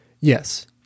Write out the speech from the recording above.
yes